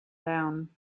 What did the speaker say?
down